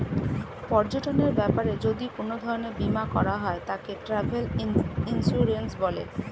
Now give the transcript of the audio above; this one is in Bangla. পর্যটনের ব্যাপারে যদি কোন ধরণের বীমা করা হয় তাকে ট্র্যাভেল ইন্সুরেন্স বলে